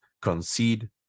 concede